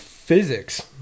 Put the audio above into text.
Physics